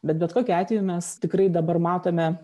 bet bet kokiu atveju mes tikrai dabar matome